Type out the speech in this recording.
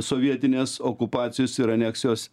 sovietinės okupacijos ir aneksijos